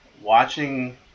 Watching